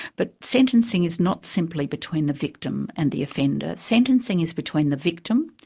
but sentencing is not simply between the victim and the offender, sentencing is between the victim,